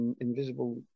invisible